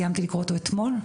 סיימתי לקרוא אותו אתמול,